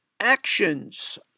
actions